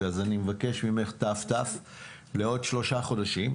אז אני מבקש ממך ת"ת לעוד שלושה חודשים,